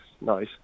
nice